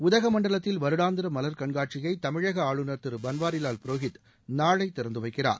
உதகமண்டலத்தில் வருடாந்திர மலர் கண்காட்சியை தமிழக ஆளுநர் திரு பன்வாரிலால் புரோகித் நாளை திறந்துவைக்கிறார்